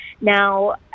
Now